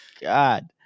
God